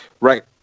Right